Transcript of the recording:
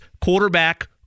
quarterback